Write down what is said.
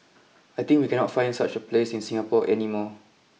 I think we cannot find such a place in Singapore any more